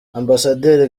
ambasaderi